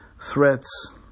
threats